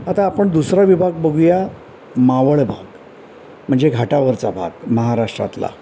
आता आपण दुसरा विभाग बघूया मावळ भाग म्हणजे घाटावरचा भाग महाराष्ट्रातला